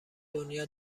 دنیا